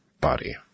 body